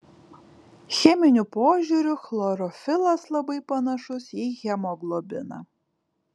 cheminiu požiūriu chlorofilas labai panašus į hemoglobiną